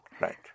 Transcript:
Right